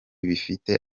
bifite